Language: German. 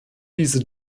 diese